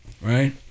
right